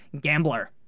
GAMBLER